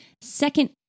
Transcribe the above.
Second